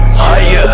Higher